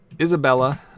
Isabella